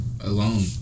alone